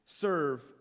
serve